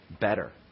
better